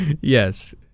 yes